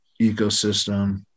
ecosystem